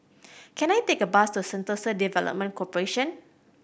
can I take a bus to Sentosa Development Corporation